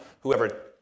whoever